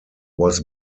was